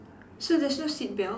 so there's no seat belt